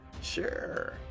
Sure